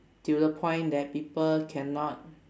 till the point that people cannot